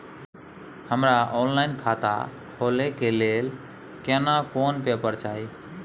हमरा ऑनलाइन खाता खोले के लेल केना कोन पेपर चाही?